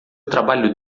trabalho